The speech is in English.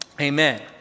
Amen